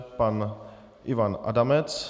Pan Ivan Adamec.